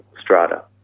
strata